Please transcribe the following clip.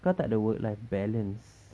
kau takde work life balance